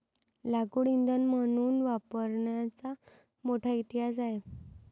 लाकूड इंधन म्हणून वापरण्याचा मोठा इतिहास आहे